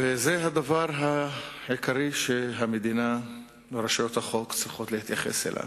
וזה הדבר העיקרי שהמדינה ורשויות החוק צריכות להתייחס אליו.